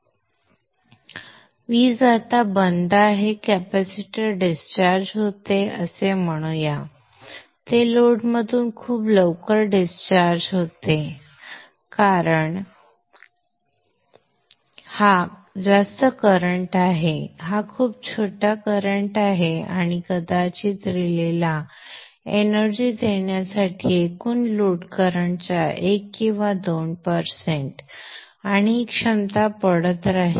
आता वीज बंद होते कॅपेसिटर डिस्चार्ज होते असे म्हणू या ते लोडमधून खूप लवकर डिस्चार्ज होते कारण हा जास्त करंट आहे हा खूप छोटा प्रवाह आहे कदाचित रिलेला एनर्जी देण्यासाठी एकूण लोड करंटच्या 1 किंवा 2 टक्के आणि ही क्षमता पडत राहील